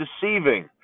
deceiving